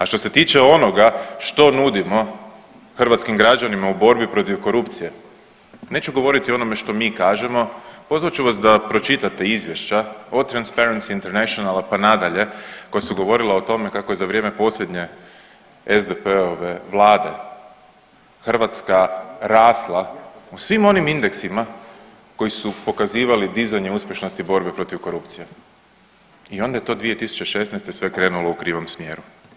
A što se tiče onoga što nudimo hrvatskim građanima u borbi protiv korupcije neću govoriti o onome što mi kažemo, pozvat ću vas da pročitate izvješća o Transparency Internationala, pa nadalje koja su govorila o tome kako je za vrijeme posljednje SDP-ove vlade Hrvatska rasla u svim onim indeksima koji su pokazivali dizanje uspješnosti borbe protiv korupcije i onda je to 2016. sve krenulo u krivom smjeru.